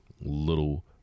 little